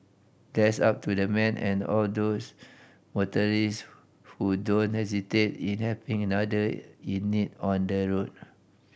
bless up to the man and all those motorist who don't hesitate in helping another in need on the road